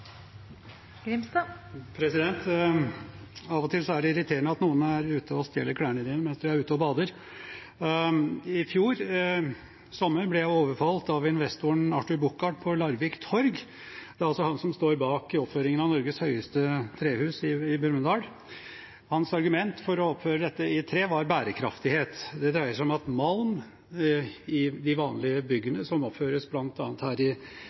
måte. Av og til er det irriterende at noen er ute og stjeler klærne dine mens du er ute og bader. I fjor sommer ble jeg overfalt av investoren Arthur Buchardt på Larvik torg – det er han som står bak oppføringen av Norges høyeste trehus, i Brumunddal. Hans argument for å oppføre dette i tre var bærekraftighet. Det dreier seg om at malm i de vanlige byggene som oppføres – bl.a. her i